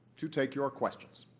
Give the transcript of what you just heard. to take your questions.